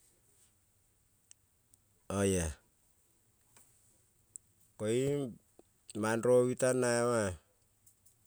Lo ko i maro bi tan naima.